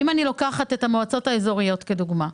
אם אני לוקחת את המועצות האזוריות כדוגמה,